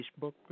Facebook